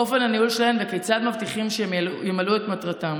אופן הניהול שלהם וכיצד מבטיחים שהם ימלאו את מטרתם,